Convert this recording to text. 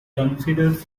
considers